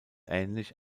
ähnlich